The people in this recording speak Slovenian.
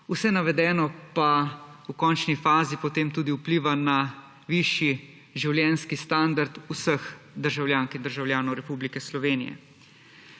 Vse navedeno pa v končni fazi potem tudi vpliva na višji življenjski standard vseh državljank in državljanov Republike Slovenije.